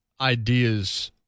ideas